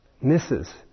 misses